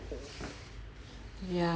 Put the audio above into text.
ya